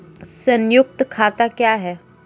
संयुक्त खाता क्या हैं?